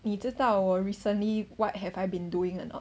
你知道我 recently what have I been doing or not